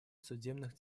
судебных